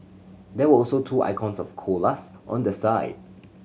there were also two icons of koalas on the sign